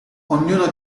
ognuno